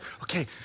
okay